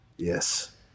Yes